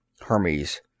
Hermes